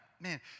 Man